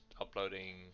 uploading